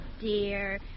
dear